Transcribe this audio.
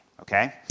okay